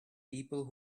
people